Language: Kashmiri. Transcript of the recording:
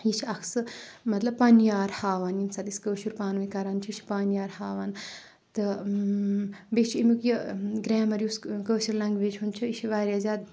یہِ چھِ اَکھ سُہ مطلب پانہِ یار ہاوان ییٚمہِ ساتہٕ أسۍ کٲشُر ہاوان چھُ یہِ چھُ پانہِ یار ہاوان تہٕ بیٚیہِ چھُ امیُک یہِ گریمَر یُس کٲشُر لیٚنگویج ہُند چھُ یہِ چھُ واریاہ زیادٕ